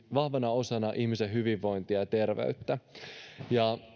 vahvana osana ihmisen hyvinvointia ja